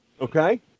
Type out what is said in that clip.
Okay